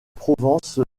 provence